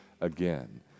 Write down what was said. again